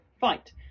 fight